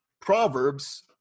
proverbs